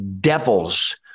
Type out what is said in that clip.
devils